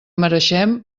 mereixem